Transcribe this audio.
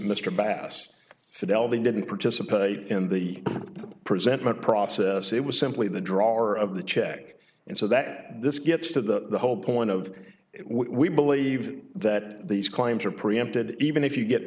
mr bass fidelity didn't participate in the present my process it was simply the drawer of the check and so that this gets to the whole point of we believe that these claims are preempted even if you get